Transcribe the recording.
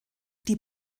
die